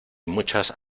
muchas